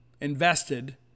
invested